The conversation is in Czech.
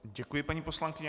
Děkuji, paní poslankyně.